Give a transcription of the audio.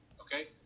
Okay